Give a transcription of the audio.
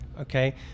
okay